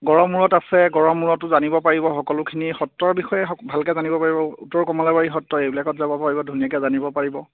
গড়মূৰত আছে গড়মূৰতো জানিব পাৰিব সকলোখিনি সত্ৰৰ বিষয়ে ভালকৈ জানিব পাৰিব উত্তৰ কমলাবাৰী সত্ৰ এইবিলাকত যাব পাৰিব ধুনীয়াকৈ জানিব পাৰিব